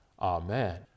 amen